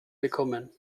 bekommen